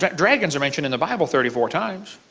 but dragons are mentioned in the bible thirty four times.